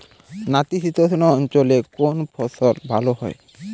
নাতিশীতোষ্ণ অঞ্চলে কোন ফসল ভালো হয়?